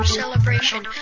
celebration